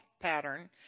pattern